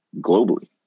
globally